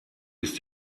ist